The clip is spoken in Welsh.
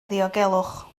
ddiogelwch